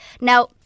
now